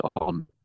on